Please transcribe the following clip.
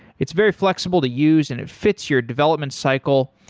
it's very flexible to use and it fits your development cycle.